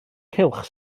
cylch